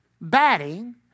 batting